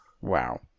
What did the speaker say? wow